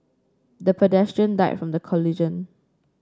the pedestrian died from the collision